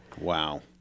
Wow